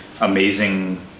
amazing